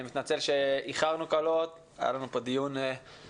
אני מתנצל על האיחור הקל אבל היה לנו כאן דיון ארוך